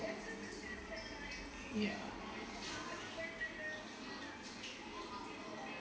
ya